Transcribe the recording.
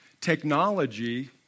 technology